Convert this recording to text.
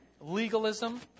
Legalism